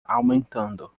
aumentando